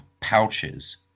pouches